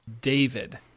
David